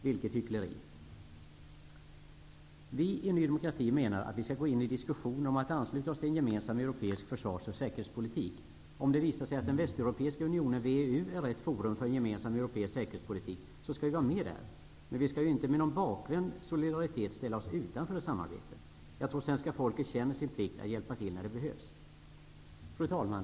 Vilket hyckleri! Ny demokrati menar att vi skall gå in i diskussioner om att ansluta oss till en gemensam europeisk försvars och säkerhetspolitik. Om det visar sig att den västeuropeiska unionen, VEU, är rätt forum för en gemensam europeisk säkerhetspolitik skall vi vara med där. Men vi skall ju inte med någon bakvänd solidaritet ställa oss utanför ett samarbete. Jag tror att svenska folket känner sin plikt att hjälpa till när det behövs. Fru talman!